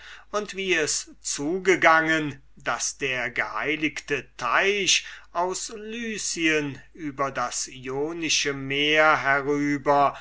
und wie es zugegangen daß der geheiligte teich aus lycien über das ionische meer herüber